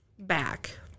back